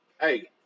Hey